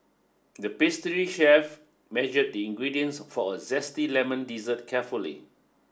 the pastry chef measure the ingredients for a zesty lemon dessert carefully